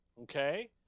Okay